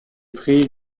prix